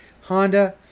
Honda